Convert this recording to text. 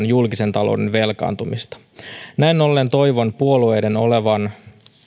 julkisen talouden velkaantumista näin ollen toivon puolueiden olevan